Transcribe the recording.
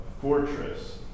fortress